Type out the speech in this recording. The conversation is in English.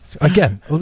again